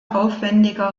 aufwendiger